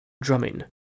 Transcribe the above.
drumming